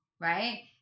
Right